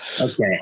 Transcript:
Okay